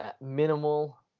minimal